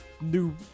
new